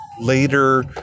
later